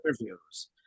interviews